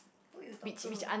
who you talk to